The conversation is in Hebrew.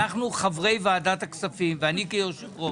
אנחנו חברי ועדת הכספים ואני כיושב-ראש.